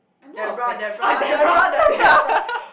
Debra Debra Debra Debra